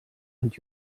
und